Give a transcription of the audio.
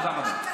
תודה רבה.